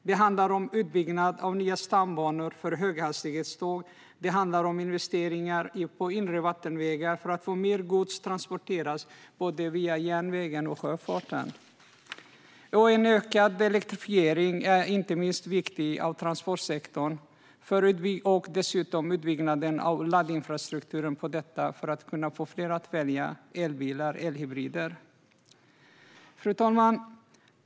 Det handlar om utbyggnad av nya stambanor för höghastighetståg, och det handlar om investeringar i inre vattenvägar för att få mer gods att transporteras via både sjöfart och järnväg. En ökad elektrifiering av transportsektorn är viktig, och dessutom en utbyggnad av laddinfrastruktur för denna, för att få fler att välja elbilar och elhybrider. Fru talman!